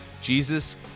Jesus